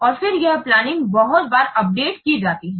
और फिर यह प्लानिंग बहुत बार अपडेट की जाती है